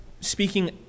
speaking